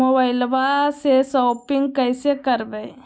मोबाइलबा से शोपिंग्बा कैसे करबै?